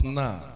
now